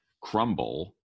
crumble